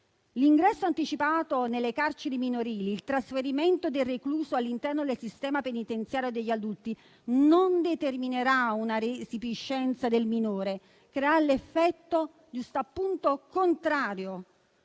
L'ingresso anticipato nelle carceri minorili, il trasferimento del recluso all'interno del sistema penitenziario degli adulti non determinerà una resipiscenza del minore e creerà l'effetto giustappunto contrario.